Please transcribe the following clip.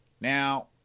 Now